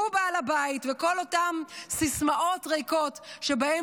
הוא בעל הבית וכל אותן סיסמאות ריקות שבהן